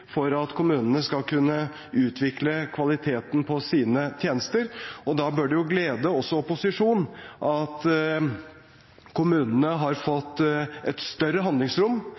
for at kommunene skal kunne utvikle kvaliteten på sine tjenester. Da bør det jo glede også opposisjonen at kommunene har fått et større handlingsrom,